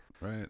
Right